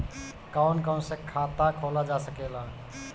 कौन कौन से खाता खोला जा सके ला?